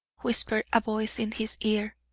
whispered a voice into his ear.